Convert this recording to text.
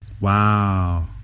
Wow